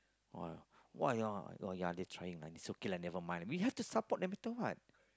!wah! why ah oh ya they trying like is okay lah never mind we have to support no matter what